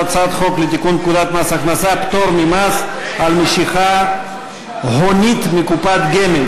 הצעת חוק לתיקון פקודת מס הכנסה (פטור ממס על משיכה הונית מקופת גמל),